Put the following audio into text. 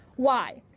why?